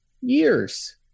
years